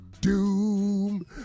doom